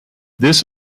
this